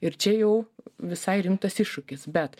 ir čia jau visai rimtas iššūkis bet